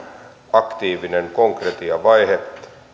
aktiivinen konkretiavaihe